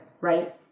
right